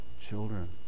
children